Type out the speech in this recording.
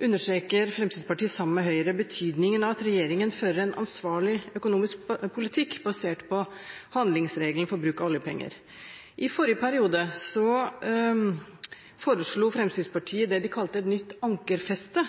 understreker Fremskrittspartiet, sammen med Høyre, betydningen av at regjeringen fører en ansvarlig økonomisk politikk basert på handlingsregelen for bruk av oljepenger. I forrige periode foreslo Fremskrittspartiet det de kalte et nytt ankerfeste